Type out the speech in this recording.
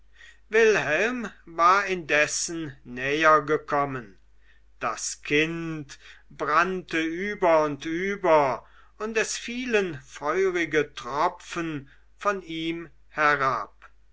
wilhelm war indessen näher gekommen das kind brannte über und über und es fielen feurige tropfen von ihm herab